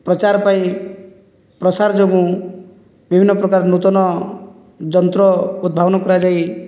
ପ୍ରଚାର ପାଇଁ ପ୍ରସାର ଯୋଗୁଁ ବିଭିନ୍ନ ପ୍ରକାର ନୂତନ ଯନ୍ତ୍ର ଉଦ୍ଭାବନ କରାଯାଇ